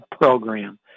program